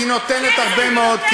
היא נותנת הרבה מאוד.